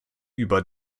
über